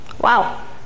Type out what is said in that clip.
Wow